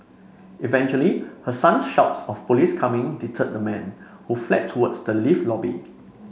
eventually her son's shouts of police coming deterred the man who fled towards the lift lobby